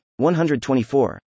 124